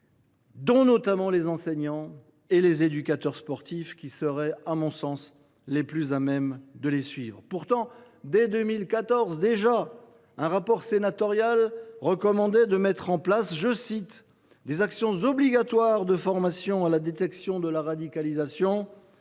notamment, les enseignants et les éducateurs sportifs, qui seraient, à mon sens, les mieux à même de les suivre. Pourtant, dès 2015, un rapport sénatorial recommandait de « mettre en place des actions obligatoires […] de formation à la détection de la radicalisation,